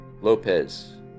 Lopez